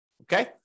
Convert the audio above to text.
Okay